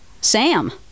Sam